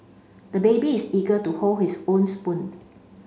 the baby is eager to hold his own spoon